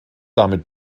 damit